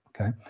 Okay